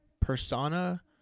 persona